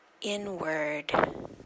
inward